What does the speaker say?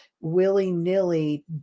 willy-nilly